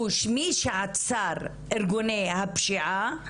הוא מי שעצר ארגוני הפשיעה,